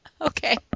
Okay